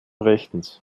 rechtens